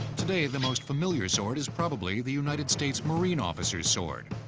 today, the most familiar sword is probably the united states marine officer's sword,